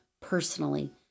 personally